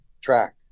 track